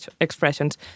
expressions